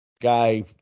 Guy